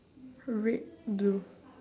red blue